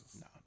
no